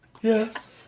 Yes